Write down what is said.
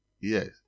Yes